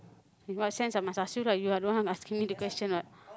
in what sense I must ask you lah you are the one asking me the question what